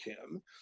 Kim